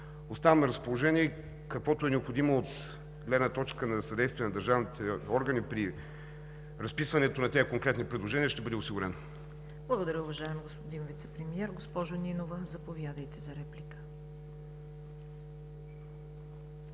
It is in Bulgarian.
Оставам на разположение. Каквото е необходимо от гледна точка на съдействие на държавните органи при разписването на тези конкретни предложения ще бъде осигурено. ПРЕДСЕДАТЕЛ ЦВЕТА КАРАЯНЧЕВА: Благодаря, уважаеми господин Вицепремиер. Госпожо Нинова, заповядайте за реплика.